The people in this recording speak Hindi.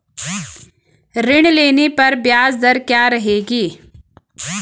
ऋण लेने पर ब्याज दर क्या रहेगी?